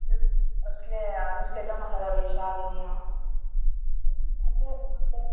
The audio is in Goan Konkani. असले नुस्त्याचो मसालो रेश्याद आनी आं